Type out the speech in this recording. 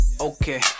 Okay